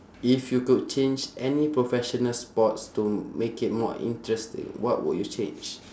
if you could change any professional sports to make it more interesting what would you change